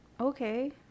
okay